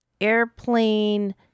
airplane